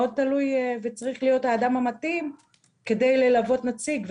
מאוד תלוי וצריך להיות האדם המתאים כדי ללוות נציג.